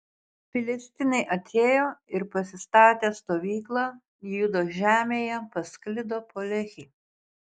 filistinai atėjo ir pasistatę stovyklą judo žemėje pasklido po lehį